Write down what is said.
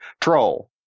Troll